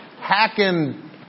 hacking